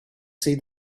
see